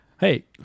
Hey